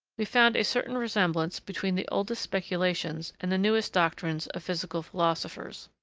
we found a certain resemblance between the oldest speculations and the newest doctrines of physical philosophers.